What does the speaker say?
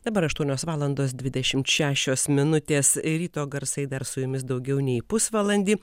dabar aštuonios valandos dvidešimt šešios minutės ryto garsai dar su jumis daugiau nei pusvalandį